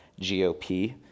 GOP